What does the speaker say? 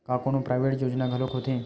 का कोनो प्राइवेट योजना घलोक होथे?